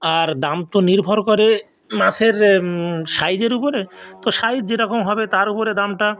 আর দাম তো নির্ভর করে মাছের সাইজের উপরে তো সাইজ যেরকম হবে তার ওপরে দামটা